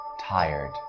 tired